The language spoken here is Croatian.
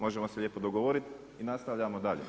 Možemo se lijepo dogovoriti i nastavljamo dalje.